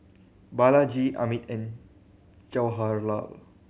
Balaji Amit and Jawaharlal